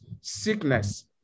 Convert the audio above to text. sickness